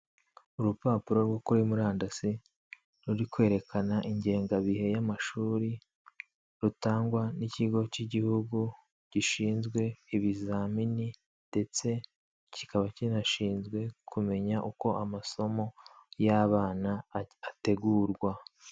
Urupapuro rwo kuri murandasi ruri kwerekana ingengabihe y'amashuri, rutangwa n'ikigo cy'igihugu gishinzwe ibizamini, ndetse kikaba kinashinzwe kumenya uko amasomo y'abana ategurwa.